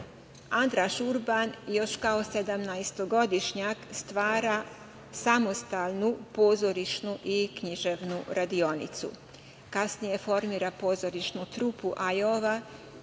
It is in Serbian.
Urban još kao sedamnaestogodišnjak stvara samostalnu pozorišnu i književnu radionicu. Kasnije formira pozorišnu trupu „Ajova“,